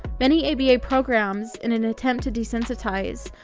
many aba programs, in an attempt to desensitize,